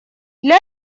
для